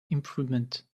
improvement